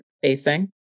facing